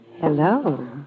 Hello